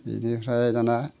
बिनिफ्राय दाना